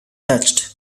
touched